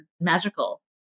magical